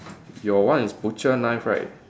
your one is butcher knife right